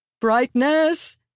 Brightness